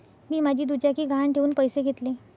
मी माझी दुचाकी गहाण ठेवून पैसे घेतले